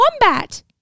Wombat